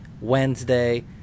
Wednesday